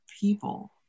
people